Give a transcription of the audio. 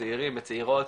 בצעירים ובצעירות,